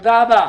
תודה רבה.